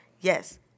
Yes